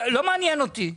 לא מעניין אותי.